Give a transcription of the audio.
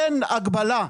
אין הגבלה,